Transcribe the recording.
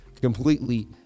completely